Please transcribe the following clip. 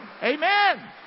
Amen